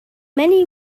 many